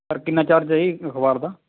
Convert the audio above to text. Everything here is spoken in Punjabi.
ਸਰ ਕਿੰਨਾ ਚਾਰਜ ਹੈ ਜੀ ਅਖ਼ਬਾਰ ਦਾ